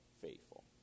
faithful